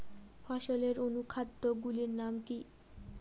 ফসলের অনুখাদ্য গুলির নাম কি?